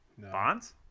Bonds